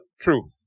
True